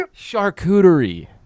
Charcuterie